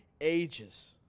ages